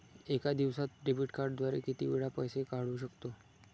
एका दिवसांत डेबिट कार्डद्वारे किती वेळा पैसे काढू शकतो?